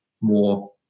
more